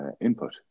input